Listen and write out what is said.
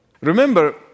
Remember